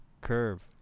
curve